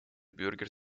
bürger